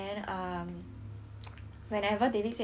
whenever david said hi to him right then he will be like